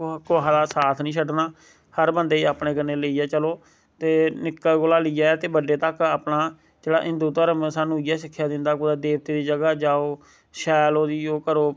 कुसा दा साथ नी छड्डना हर बंदे गी अपने कन्नै लेइयै चलो ते निक्का कोला लेइये ते बड्डे तक्क अपना जेह्ड़ा हिंदू धर्म ऐ स्हानू इयै सिक्खेआ दिंदा कुतै देवतें दी जगह जाओ शैल ओह्दी ओह् करो